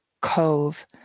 cove